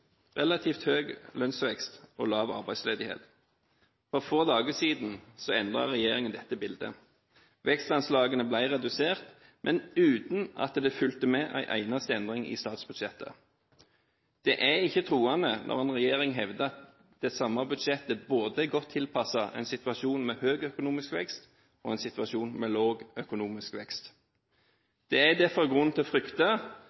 relativt høy lønnsvekst og lav arbeidsledighet. For få dager siden endret regjeringen dette bildet. Vekstanslagene ble redusert, men uten at det fulgte med en eneste endring i statsbudsjettet. Det er ikke troverdig når en regjering hevder at det samme budsjettet er godt tilpasset både en situasjon med høy økonomisk vekst og en situasjon med lav økonomisk vekst. Det er derfor grunn til å frykte